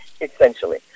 essentially